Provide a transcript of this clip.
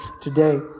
today